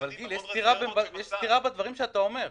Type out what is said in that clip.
יש סתירה בדברים שאתה אומר.